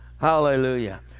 Hallelujah